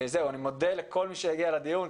אני מודה לכל מי שהגיע לדיון.